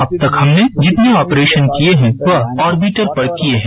अब तक हमने जितने आपरेशन किए हैं वह आर्बिटर पर किए है